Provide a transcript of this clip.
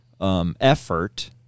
Effort